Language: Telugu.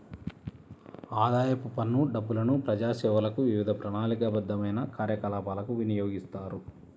ఆదాయపు పన్ను డబ్బులను ప్రజాసేవలకు, వివిధ ప్రణాళికాబద్ధమైన కార్యకలాపాలకు వినియోగిస్తారు